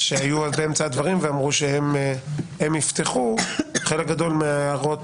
שהיו באמצע הדברים ואמרו שהם יפתחו חלק גדול מההערות